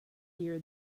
year